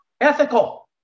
ethical